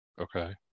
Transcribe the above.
okay